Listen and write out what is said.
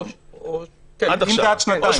אם זה עד שנתיים.